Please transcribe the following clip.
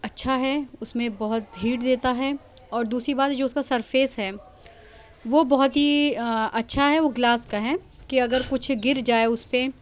اچھا ہے اس میں بہت ہیٹ دیتا ہے اور دوسری بات جو اس کا سرفیس ہے وہ بہت ہی اچھا ہے وہ گلاس کا ہے کہ اگر کچھ گر جائے اس پہ